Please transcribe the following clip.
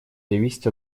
зависеть